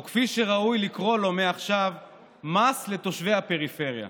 או כפי שראוי לקרוא לו מעכשיו "מס על תושבי הפריפריה".